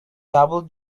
double